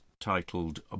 titled